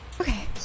Okay